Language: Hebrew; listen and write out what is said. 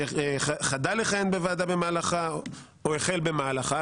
שחדל לכהן בוועדה במהלכה או החל במהלכה,